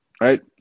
right